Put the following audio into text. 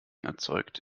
erzeugt